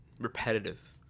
repetitive